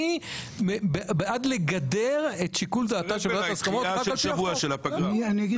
אני בעד לגדר את שיקול דעתה של ועדת הסכמות על-פי החוק.